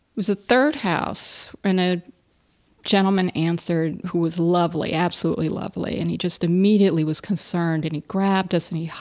was the third house and a gentleman answered who was lovely, absolutely lovely. and he just immediately was concerned. and he grabbed us. and he he,